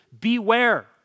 beware